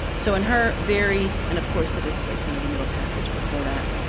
so in her very and, of course, the displacement of the middle passage before that.